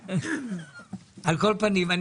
על כל פנים,